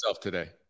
today